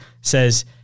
says